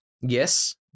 yes